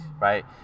right